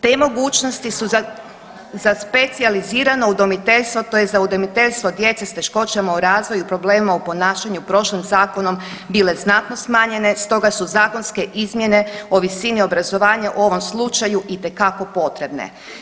Te mogućnosti su za specijalizirano udomiteljstvo tj. za udomiteljstvo djece s teškoćama u razvoju i problemima u ponašanju prošlim zakonom bile znatno smanjene, stoga su zakonske izmjene o visini obrazovanja u ovom slučaju itekako potrebne.